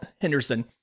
Henderson